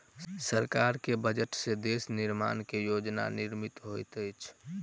सरकार के बजट से देश निर्माण के योजना निर्मित होइत अछि